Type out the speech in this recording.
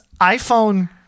iphone